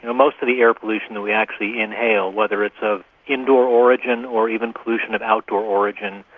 ah most of the air pollution that we actually inhale, whether it's of indoor origin or even pollution of outdoor origin,